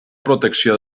protecció